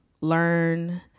learn